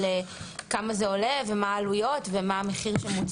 כמה זה עולה ומה העלויות ומה המחיר שמוצדק לגבות.